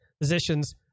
physicians